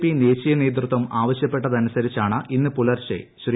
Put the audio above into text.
P ദേശീയ നേതൃത്വം ആവശ്യപ്പെട്ടതനുസരിച്ചാണ് ഇന്ന് പുലർച്ചെ ശ്രീ